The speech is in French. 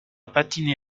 patiné